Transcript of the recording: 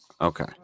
Okay